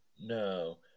no